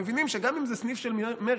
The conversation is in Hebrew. הם מבינים שגם אם זה סניף של מרצ,